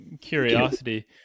curiosity